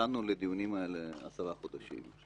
המתנו לדיונים האלה עשרה חודשים.